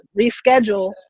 reschedule